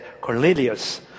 Cornelius